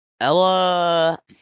Ella